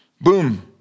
Boom